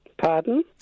Pardon